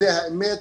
זו האמת.